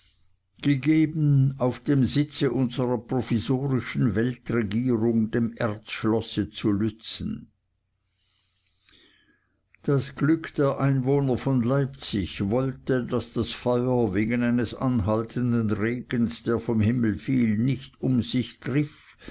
gegeben auf dem sitz unserer provisorischen weltregierung dem erzschlosse zu lützen das glück der einwohner von leipzig wollte daß das feuer wegen eines anhaltenden regens der vom himmel fiel nicht um sich